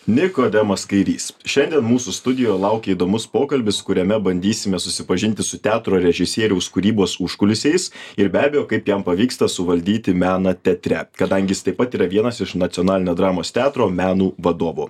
nikodemas kairys šiandien mūsų studijoje laukia įdomus pokalbis kuriame bandysime susipažinti su teatro režisieriaus kūrybos užkulisiais ir be abejo kaip jam pavyksta suvaldyti meną teatre kadangi jis taip pat yra vienas iš nacionalinio dramos teatro menų vadovo